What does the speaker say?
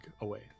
away